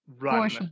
right